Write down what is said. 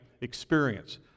experience